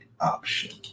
option